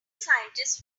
scientists